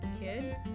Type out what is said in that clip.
kid